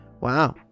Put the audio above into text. Wow